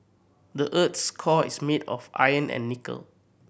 the earth's core is made of iron and nickel